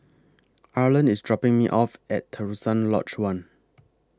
Arlan IS dropping Me off At Terusan Lodge one